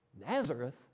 Nazareth